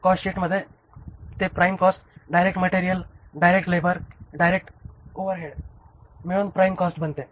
कॉस्टशीटमध्ये ते prime cost direct material direct labour direct overhead मिळून prime cost बनते